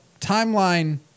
timeline